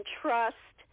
trust